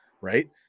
right